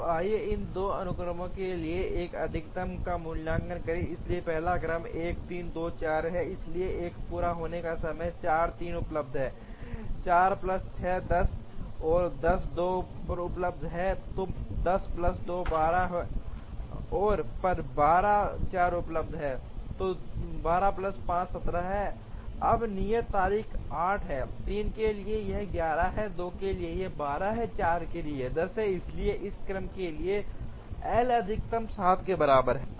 तो आइए इन 2 अनुक्रमों के लिए एल अधिकतम का मूल्यांकन करें इसलिए पहला अनुक्रम 1 3 2 4 है इसलिए एक पूरा होने का समय 4 3 उपलब्ध है 4 प्लस 6 10 10 2 पर उपलब्ध है 10 प्लस 2 12 और पर 12 4 उपलब्ध है 12 प्लस 5 17 अब नियत तारीखें 8 हैं 3 के लिए यह 11 है 2 के लिए यह 12 है 4 के लिए यह 10 है इसलिए इस क्रम के लिए L अधिकतम 7 के बराबर है